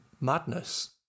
madness